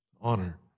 honor